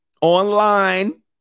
Online